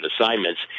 assignments